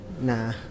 Nah